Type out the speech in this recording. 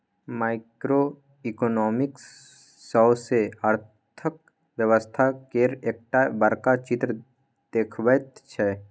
micro economics सौसें अर्थक व्यवस्था केर एकटा बड़का चित्र देखबैत छै